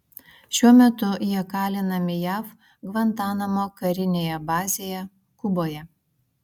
šiuo metu jie kalinami jav gvantanamo karinėje bazėje kuboje